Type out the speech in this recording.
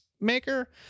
maker